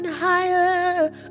Higher